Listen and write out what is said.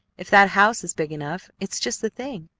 if that house is big enough, it's just the thing.